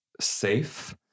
safe